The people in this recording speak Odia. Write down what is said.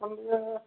ତୁମେ ଟିକେ